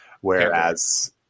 Whereas